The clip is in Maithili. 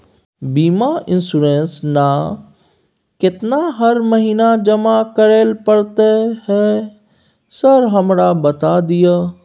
बीमा इन्सुरेंस ना केतना हर महीना जमा करैले पड़ता है सर हमरा बता दिय?